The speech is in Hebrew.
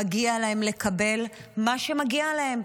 מגיע להם לקבל מה שמגיע להם,